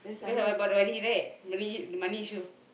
because about the money right the money issue